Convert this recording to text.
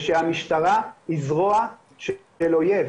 ושהמשטרה היא זרוע של אויב.